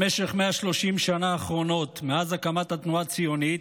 במשך 130 השנה האחרונות מאז הקמת התנועה הציונית,